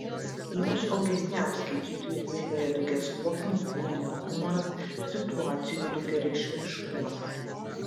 ypač augesniam skaitytojui atsiveria daugiasluoksnis kūrinio humoras situacijų daugiareikšmiškumas